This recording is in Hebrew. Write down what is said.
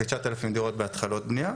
וכ-9,000 דירות בהתחלות בנייה.